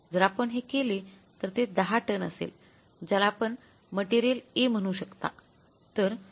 जर आपण हे केले तर ते 10 टन असेल ज्याला आपण मटेरियल A म्हणू शकता